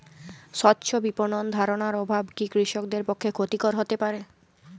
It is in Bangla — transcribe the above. স্বচ্ছ বিপণন ধারণার অভাব কি কৃষকদের পক্ষে ক্ষতিকর হতে পারে?